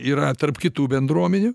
yra tarp kitų bendruomenių